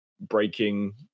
breaking